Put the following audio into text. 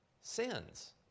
sins